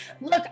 Look